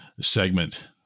segment